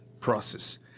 process